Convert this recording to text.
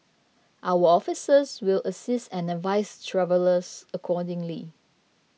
our officers will assist and advise travellers accordingly